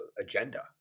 agenda